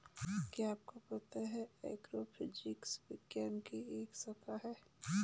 क्या आपको पता है एग्रोफिजिक्स विज्ञान की एक शाखा है?